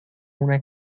una